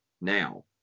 now